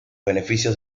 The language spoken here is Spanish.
beneficios